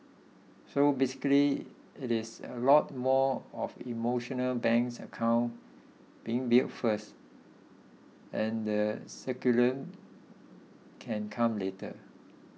so basically it is a lot more of emotional banks account being built first and the curriculum can come later